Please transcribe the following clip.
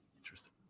Interesting